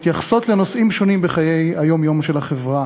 מתייחסות לנושאים שונים בחיי היום-יום של החברה,